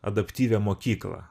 adaptyvią mokyklą